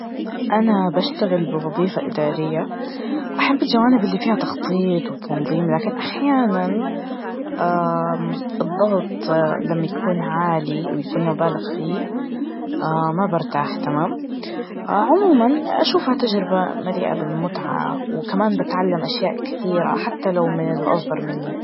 أنا بشتغل بوظيفة إدارية, أحب الجوانب اللي فيها تخطيط وتنظيم لكن أحياناً, الضغط لما يكون عالي ويكون مبالغ فيه ما برتاح, تمام؟ عموماً أشوفها تجربة مليئة بالمتعة وكمان بتعلم أشياء كثيرة حتى لو من الأصغر مني.